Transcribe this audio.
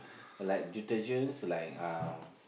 like detergents like um